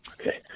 Okay